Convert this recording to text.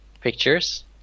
pictures